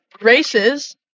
races